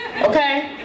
okay